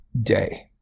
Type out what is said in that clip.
day